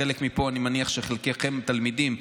אני מניח שחלקכם פה תלמידים,